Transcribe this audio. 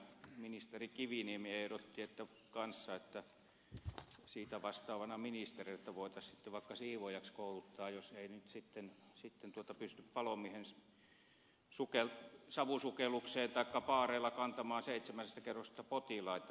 ministeri kiviniemi kanssa ehdotti asiasta vastaavana ministerinä että voitaisiin sitten vaikka siivoojaksi kouluttaa jos ei nyt sitten pysty palomiehen savusukellukseen taikka paareilla kantamaan seitsemännestä kerroksesta potilaita